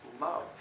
love